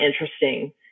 interesting